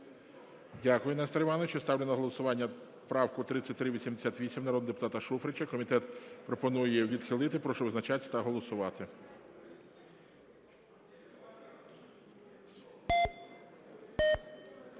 Дякую, Несторе Івановичу. Ставлю на голосування правку 3388, народного депутата Шуфрича. Комітет пропонує відхилити. Прошу визначатися та голосувати.